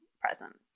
present